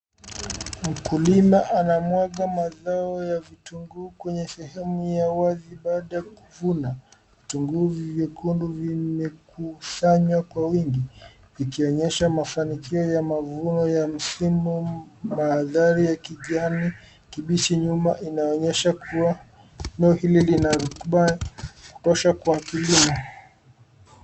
Mkulima anamwanga mazao ya vitunguu kwenye sehemu ya wazi baada ya kuvuna. Vitunguu vyekundu vimekusanywa kwa wingi ikionyesha mafanikio ya mavuno ya msimu. Mandhari ya kijani kibichi nyuma inaonyesha kuwa eneo hili lina rotuba ya kutosha kwa kilimo.